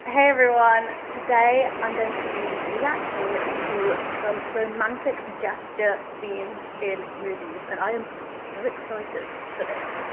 hey everyone, today i'm going to be reacting to some romantic gesture scenes in movies. and i am so excited for this,